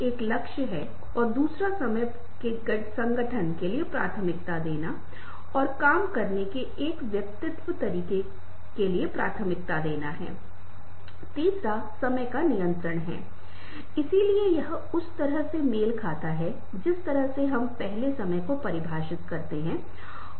और आप पाते हैं कि जब आप चित्र लगा रहे होते हैं तो हम अगले पृष्ठ में इसके बारे में और अधिक विस्तार से बात करेंगे लेकिन जो मैं करने की कोशिश कर रहा हूं वह संदर्भ संस्कृति विषयगत आयाम जैसे आयामों में से कोई भी छवि आयामों के रूप में ऑडियंस के साथ एकीकृत है छवियों का उपयोग कैसे करें कैसे उन्हें दर्शकों के लिए प्रस्तुत करने के लिए समझ बनाने या न बनाने के लिए आपको इस बारे में सावधान रहने की आवश्यकता है कि उन्हें कैसे आदेश दिया जाता है और क्या वे समझ में आते हैं या नहीं